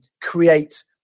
create